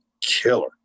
killer